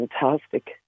fantastic